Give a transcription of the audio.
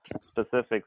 specifics